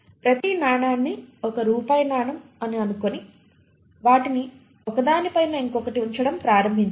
ప్రతి నాణాన్ని ఒక రూపాయి నాణెం అని అనుకొని వాటిని ఒకదానిపైన ఇంకొకటి ఉంచడం ప్రారంభించండి